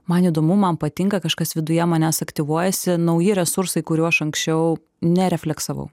man įdomu man patinka kažkas viduje manęs aktyvuojasi nauji resursai kurių aš anksčiau nerefleksavau